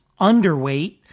underweight